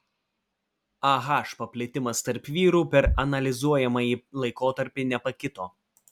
ah paplitimas tarp vyrų per analizuojamąjį laikotarpį nepakito